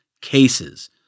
cases